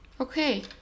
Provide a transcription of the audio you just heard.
Okay